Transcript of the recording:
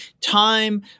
time